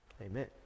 Amen